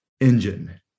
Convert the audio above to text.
engine